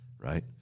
Right